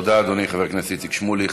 תודה, אדוני, חבר הכנסת איציק שמולי.